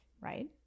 right